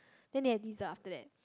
then they have dinner after that